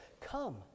Come